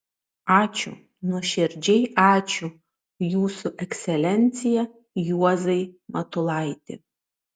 ačiū nuoširdžiai ačiū jūsų ekscelencija juozai matulaiti